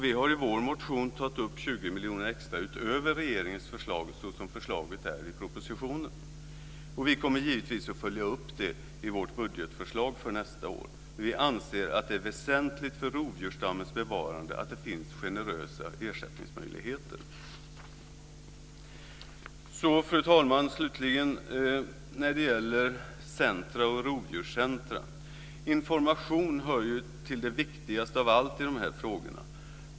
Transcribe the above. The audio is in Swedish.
Vi har i vår motion tagit upp 20 miljoner extra utöver regeringens förslag, såsom förslaget är i propositionen. Vi kommer givetvis att följa upp det i vårt budgetförslag för nästa år. Vi anser att det är väsentligt för rovdjursstammens bevarande att det finns generösa ersättningsmöjligheter. Fru talman! När det gäller frågan om rovdjurscentrum hör information till det viktigaste av allt i dessa frågor.